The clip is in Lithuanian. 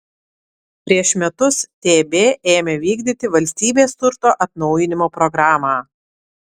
prieš metus tb ėmė vykdyti valstybės turto atnaujinimo programą